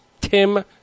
Tim